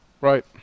Right